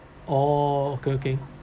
oh okay okay